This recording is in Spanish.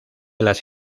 las